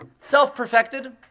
self-perfected